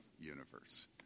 universe